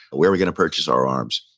where are we going to purchase our arms?